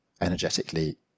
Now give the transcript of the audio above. energetically